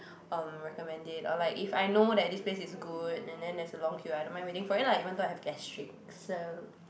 um recommend it or like if I know that this place is good and then there's a long queue I don't mind waiting for it lah even though I have gastric so